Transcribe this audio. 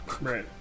Right